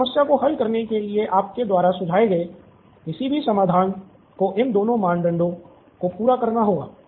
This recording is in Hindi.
इस समस्या को हल करने के लिए आपके द्वारा सुझाए गए किसी भी समाधान को इन दोनों मानदंडों को पूरा करना होगा